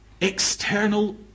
external